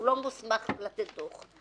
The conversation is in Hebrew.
הוא לא מוסמך לתת דוח.